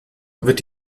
wird